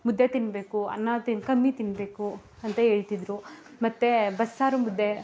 ಮುದ್ದೆ ತಿನ್ನಬೇಕು ಅನ್ನ ತಿನ್ ಕಮ್ಮಿ ತಿನ್ನಬೇಕು ಅಂತ ಹೇಳ್ತಿದ್ರು ಮತ್ತೆ ಬಸ್ಸಾರು ಮುದ್ದೆ